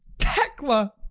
tekla.